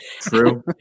True